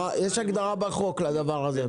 הגדרה בחוק לדבר הזה?